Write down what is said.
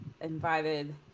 invited